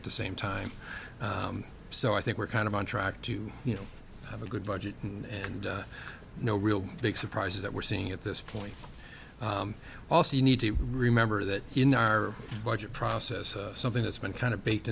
at the same time so i think we're kind of on track to you know have a good budget and no real big surprises that we're seeing at this point also you need to remember that in our budget process something that's been kind of baked